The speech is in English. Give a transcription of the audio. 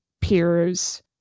peers